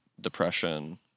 depression